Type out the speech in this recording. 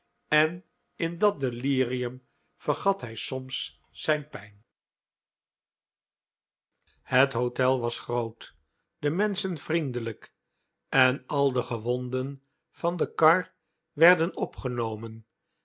en in dat delirium vergat hij soms zijn pijn het hotel was groot de menschen vriendelijk en al de gewonden van de kar werden opgenomen